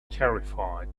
terrified